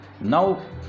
now